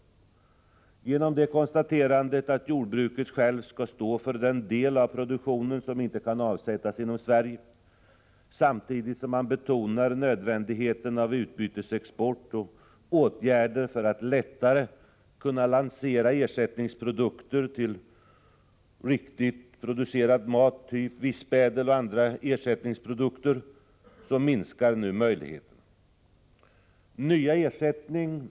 Samtidigt som man konstaterar att jordbruket självt skall stå för den del av produktionen som inte kan avsättas inom Sverige minskar man den möjligheten genom att betona nödvändigheten av utbytesexport och åtgärder för att lättare kunna lansera ersättningsprodukter till riktigt producerad mat — typ Vispädel och andra ersättningsprodukter.